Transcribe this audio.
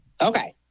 Okay